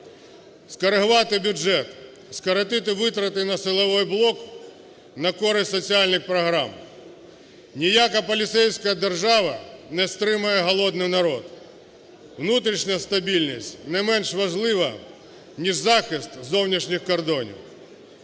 скоригувати бюджет, скоротити витрати на силовий блок на користь соціальних програм. Ніяка поліцейська держава не стримає голодний народ. Внутрішня стабільність не менш важлива, ніж захист зовнішніх кордонів.